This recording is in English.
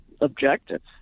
objectives